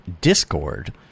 Discord